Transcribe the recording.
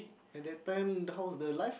at that time how's the life